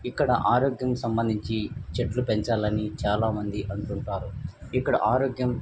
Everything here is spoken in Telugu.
ఇక్కడ ఆరోగ్యం సంబంధించి చెట్లు పెంచాలని చాలామంది అంటుంటారు ఇక్కడ ఆరోగ్యం